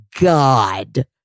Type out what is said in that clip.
God